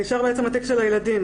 נשאר בעצם התיק של הילדים.